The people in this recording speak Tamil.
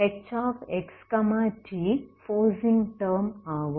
hxt ஃபோர்ஸிங் டெர்ம் ஆகும்